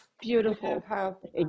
Beautiful